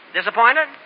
Disappointed